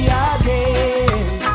again